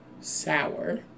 sour